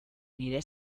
nire